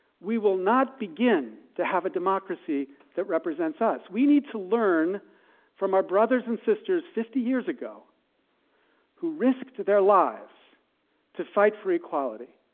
we will not begin to have a democracy that represents us. we need to learn from our brothers and sisters fifty years ago who risked their lives to fight for equality.